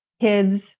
kids